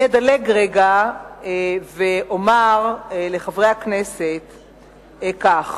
אני אדלג רגע ואומר לחברי הכנסת כך: